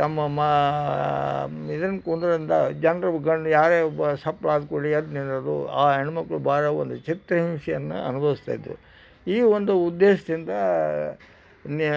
ತಮ್ಮ ಮಾ ಇದನ್ನು ಕುಂದ್ರೋದರಿಂದ ಜನ್ರನ್ ಕಂಡು ಯಾರೇ ಒಬ್ಬ ಸಪ್ಳಾದ ಕೂಡಲೇ ಎದ್ದು ನಿಲ್ಲೋದು ಆ ಹೆಣ್ಮಕ್ಳು ಭಾಳ ಒಂದು ಚಿತ್ರಹಿಂಸೆಯನ್ನು ಅನುಭವ್ಸ್ತಾ ಇದ್ದರು ಈ ಒಂದು ಉದ್ದೇಶದಿಂದ ನೆ